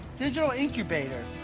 digital incubator.